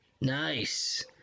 Nice